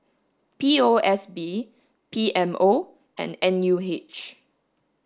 P O S B P M O and N U H